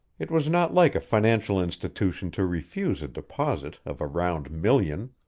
it was not like a financial institution to refuse a deposit of a round million.